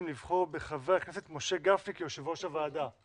לבחור בחבר הכנסת משה גפני כיושב-ראש הוועדה.